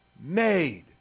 made